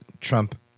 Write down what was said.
Trump